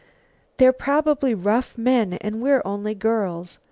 they're probably rough men and we're only girls.